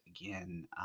again